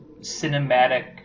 cinematic